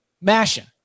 mashing